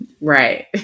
Right